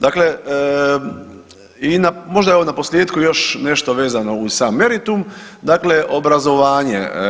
Dakle, možda evo na posljetku još nešto vezano uz sam meritum, dakle obrazovanje.